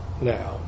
now